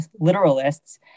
literalists